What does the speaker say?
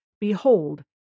Behold